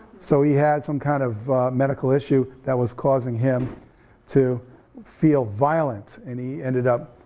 so he had some kind of medical issue that was causing him to feel violent, and he ended up,